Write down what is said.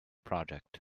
project